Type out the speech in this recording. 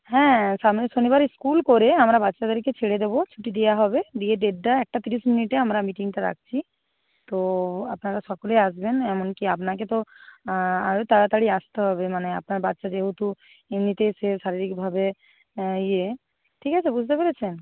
হ্যাঁ সামনের শনিবারে স্কুল করে আমরা বাচ্চাদেরকে ছেড়ে দেবো ছুটি দেওয়া হবে দিয়ে দেড়টা একটা তিরিশ মিনিটে আমরা মিটিংটা রাখছি তো আপনারা সকলেই আসবেন এমন কি আপনাকে তো আরো তাড়াতাড়ি আসতে হবে মানে আপনার বাচ্চা যেহেতু এমনিতেই সে শারীরিকভাবে ইয়ে ঠিক আছে বুঝতে পেরেছেন